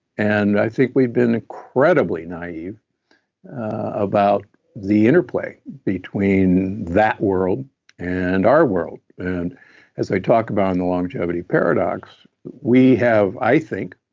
and i think we've been incredibly naive about the interplay between that world and our world and as i talk about in the longevity paradox, we have, i think,